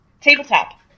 tabletop